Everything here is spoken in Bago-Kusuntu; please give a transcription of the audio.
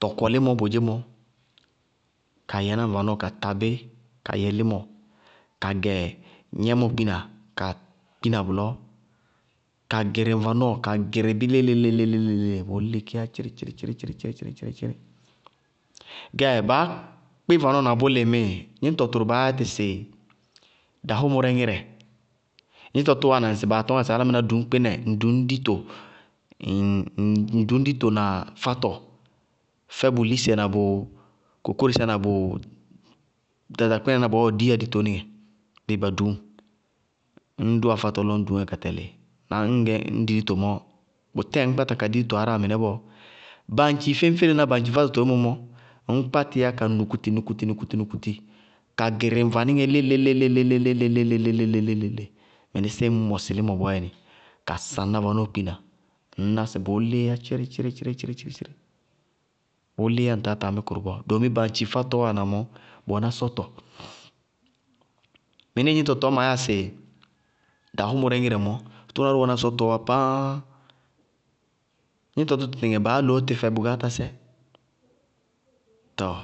Tɔkɔlímɔ kodzémɔ, ka yɛná ŋ vanɔɔ ka tabí, ka yɛ límɔ, ka gɛ gnɛmɔ kpína ka kpina bʋlɔ, ka gɩrɩ ŋ vanɔɔ, ka gɩrɩ bí léle-léle, bʋʋ lí kééyá tchírí-tchírí-tchírí-tchírí. Gɛɛ baá kpí vanɔɔ na bʋlɩ ŋmíɩ, gníñtɔ tʋrʋ baá yátɩ sɩ dahʋmʋrɛ ŋírɛ, gníñtɔ tʋ wáana ŋsɩ baá tɔñŋá sɩ álámɩná duñ kpínɛ, ŋ duñ dito, ŋ duñ dito na fátɔ fɛ bʋ lise na bʋ kokórisé na bʋ ɖaɖakpínanáá bɔɔɔ díyá ditoníŋɛ bíɩ ba dʋñŋ, ñ dʋwá fátɔ lɔ ñ duñŋá ka tɛlɩ, na ñ ŋñ gɛ ñ di dito mɔɔ, bʋtɛɛ ŋñ kpáta ka di dito mɩnɛ aráa bɔɔ, bañtchi féñfelená, bañtchi fátɔ toémɔ mɔ, ŋñ kpá tí yá ka nukuti nukuti ka gɩrɩ ŋ vaníŋɛ léleléleléle, mɩnísíɩ ñ ŋɔsɩ límɔ bɔɔyɛnɩ ka saŋ ná ɖ vanɔɔ kpína, ŋñná sɩ bʋʋ lííyá tchɩrɩthcɩrɩ, bʋʋ lííyá ŋ táa taa mí kʋrʋ bɔɔ doómi bañtchi fátɔɔ wáana mɔɔ, bʋ wɛná sɔtɔ, mɩnísíɩ gníñtɔ tɔɔ maa yáa sɩ dahʋmʋrɛ ŋírɛ mɔɔ, tʋná ró wɛná sɔtɔɔ wá pááá!, gníñtɔ tʋ tɩtɩŋɛ baá loó tɩ fɛ bʋgáátasɛ. Tɔɔ